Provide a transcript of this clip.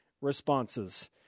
responses